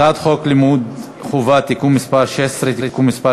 הצעת חוק לימוד חובה (תיקון מס' 16) (תיקון מס'